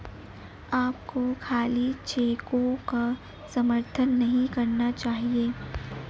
आपको खाली चेकों का समर्थन नहीं करना चाहिए